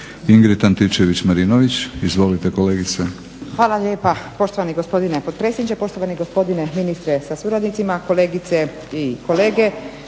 **Antičević Marinović, Ingrid (SDP)** Hvala lijepa poštovani gospodine potpredsjedniče, poštovani gospodine ministre sa suradnicima, kolegice i kolege.